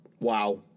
Wow